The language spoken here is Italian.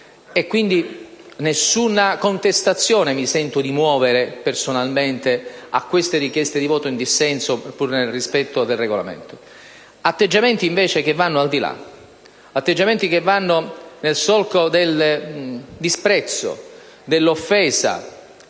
Quindi nessuna contestazione mi sento di muovere personalmente alle richieste di dichiarazione di voto in dissenso, nel rispetto del Regolamento.